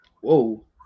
Whoa